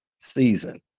season